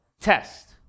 test